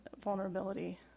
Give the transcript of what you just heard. vulnerability